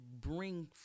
bring